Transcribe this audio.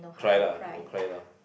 cry lah then cry loh